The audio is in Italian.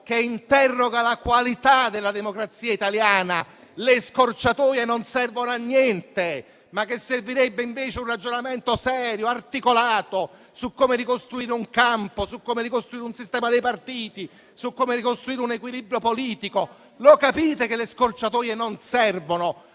che interroga la qualità della democrazia italiana, le scorciatoie non servono a niente, mentre servirebbe invece un ragionamento serio e articolato su come ricostruire un campo, su come ricostruire un sistema dei partiti, su come ricostruire un equilibrio politico? Lo capite che le scorciatoie non servono?